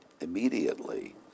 immediately